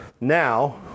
Now